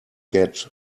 get